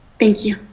thank you?